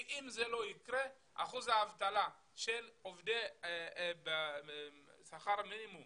כי אם זה לא יקרה אחוז האבטלה של העובדים בשכר המינימום